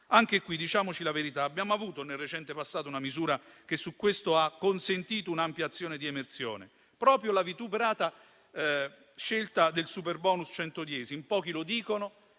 Anche qui - diciamoci la verità - abbiamo avuto nel recente passato una misura che ha consentito un'ampia azione di emersione. Proprio la vituperata scelta del superbonus al 110 per cento